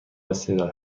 استعداد